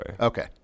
Okay